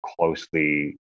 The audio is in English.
closely